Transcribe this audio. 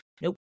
Nope